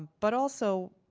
but also,